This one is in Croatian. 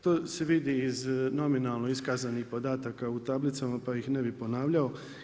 To se vidi iz nominalno iskazanih podataka u tablicama pa ih ne bih ponavljao.